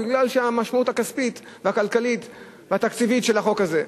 בגלל המשמעות הכספית והכלכלית והתקציבית של החוק הזה.